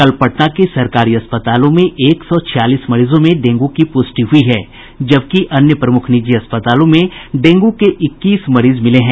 कल पटना के सरकारी अस्पतालों एक सौ छियालीस मरीजों में डेंगू की पुष्टि हुई है जबकि अन्य प्रमुख निजी अस्पतालों में डेंगू के इक्कीस मरीज मिले हैं